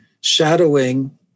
shadowing